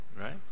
Right